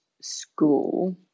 school